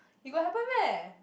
it got happen meh